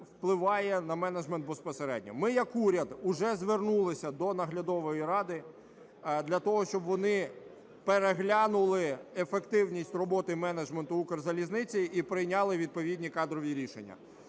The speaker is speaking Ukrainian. впливає на менеджмент безпосередньо. Ми як уряд уже звернулися до наглядової ради для того, щоб вони переглянули ефективність роботи менеджменту "Укрзалізниці" і прийняли відповідні кадрові рішення.